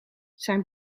zijn